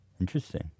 Interesting